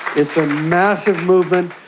it's a massive movement.